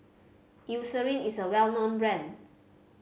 Eucerin is a well known brand